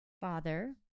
Father